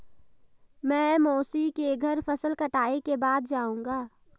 मैं मौसी के घर फसल कटाई के बाद जाऊंगा